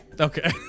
Okay